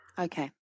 Okay